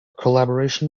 collaboration